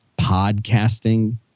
podcasting